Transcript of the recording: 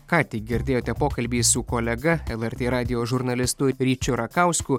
ką tik girdėjote pokalbį su kolega lrt radijo žurnalistu ryčiu rakausku